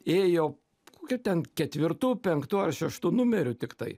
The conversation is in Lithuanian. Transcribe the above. ėjo kokiu ten ketvirtu penktu ar šeštu numeriu tiktai